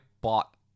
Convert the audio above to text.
bought